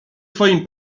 twoim